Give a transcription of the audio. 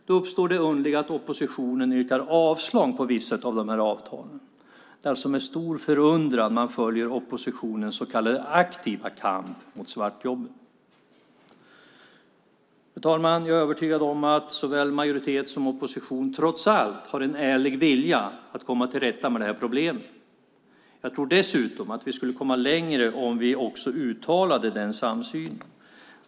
Då uppstår det underliga att oppositionen yrkar avslag på vissa av de här avtalen. Det är alltså med stor förundran man följer oppositionens så kallade aktiva kamp mot svartjobben. Fru talman! Jag är övertygad om att såväl majoritet som opposition trots allt har en ärlig vilja att komma till rätta med det här problemet. Jag tror dessutom att vi skulle komma längre om vi också uttalade den samsynen.